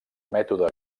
mètode